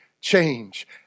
change